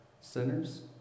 sinners